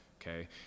Okay